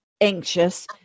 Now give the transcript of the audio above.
anxious